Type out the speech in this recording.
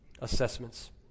assessments